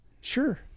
sure